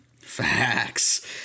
Facts